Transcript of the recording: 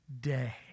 day